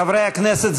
חברי הכנסת,